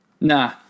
Nah